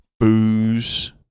booze